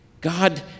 God